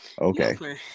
Okay